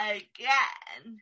again